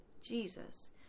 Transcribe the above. Jesus